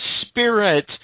spirit